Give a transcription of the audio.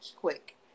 quick